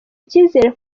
icyizere